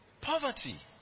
Poverty